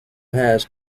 has